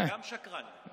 וגם שקרן.